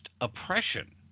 oppression